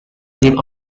leave